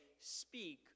speak